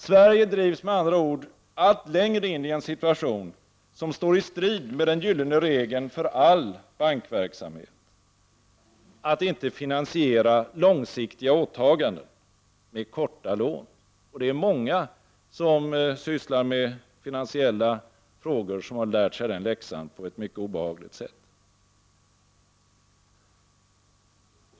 Sverige drivs med andra ord allt längre in i en situation, som står i strid med den gyllene regeln för all bankverksamhet — att inte finansiera långsiktiga åtaganden med korta lån. Många som sysslar med finansiella frågor har fått lära sig den läxan på ett mycket obehagligt sätt.